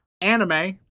anime